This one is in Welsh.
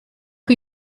chi